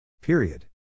Period